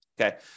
okay